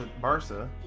Barca